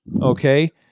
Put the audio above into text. Okay